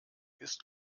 ist